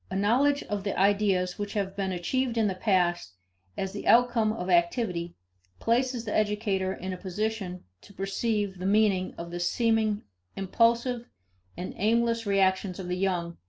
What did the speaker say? a knowledge of the ideas which have been achieved in the past as the outcome of activity places the educator in a position to perceive the meaning of the seeming impulsive and aimless reactions of the young,